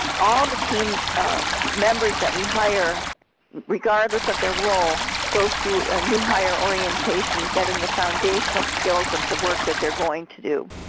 all the team members that we hire regardless of their role, goes through a new hire orientation getting the foundational skills of the work that they're going to do.